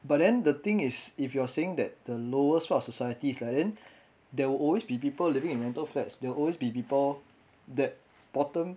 but then the thing is if you are saying that the lowest part of society is like then there will always be people living in rental flats there will always be people that bottom